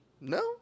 No